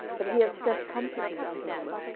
that he hath sent comforters unto thee?